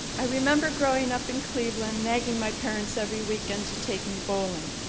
i remember growing up in cleveland nagging my parents every weekend to take me bowling.